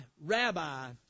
Rabbi